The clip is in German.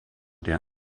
der